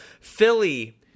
Philly